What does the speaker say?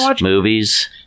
movies